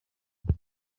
vuba